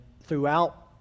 throughout